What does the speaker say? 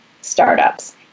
startups